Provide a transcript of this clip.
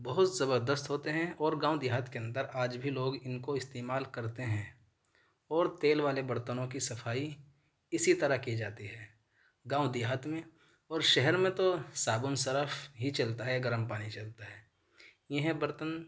بہت زبردست ہوتے ہیں اور گاؤں دیہات كے اندر آج بھی لوگ ان کو استعمال کرتے ہیں اور تیل والے برتنوں كی صفائی اسی طرح كی جاتی ہے گاؤں دیہات میں اور شہر میں تو صابن سرف ہی چلتا ہے گرم پانی چلتا ہے یہ ہیں برتن